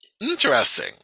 Interesting